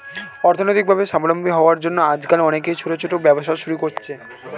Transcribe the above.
অর্থনৈতিকভাবে স্বাবলম্বী হওয়ার জন্য আজকাল অনেকেই ছোট ছোট ব্যবসা শুরু করছে